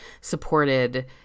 supported